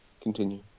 Continue